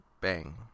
Bang